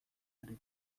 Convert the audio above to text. harira